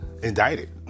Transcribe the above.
Indicted